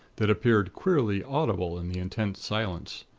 that appeared queerly audible in the intense silence.